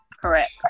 correct